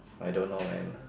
I don't know man